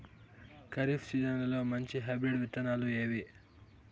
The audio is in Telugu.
ఖరీఫ్ సీజన్లలో మంచి హైబ్రిడ్ విత్తనాలు ఏవి